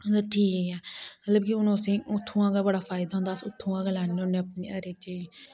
ठीक ऐ मतलब कि असेंगी उत्थुआं गै बड़े फायदा होंदा अस उत्थुआं दै गै लैन्ने होन्ने अपनी हर इक चीज